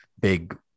big